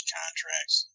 contracts